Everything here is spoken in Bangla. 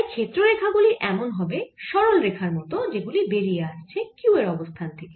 তাই ক্ষেত্র রেখা গুলি এমন হবে সরল রেখার মত যেগুলি বেরিয়ে আসছে q এর অবস্থান থেকে